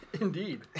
Indeed